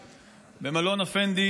אני אתחיל במה שאתם מכירים,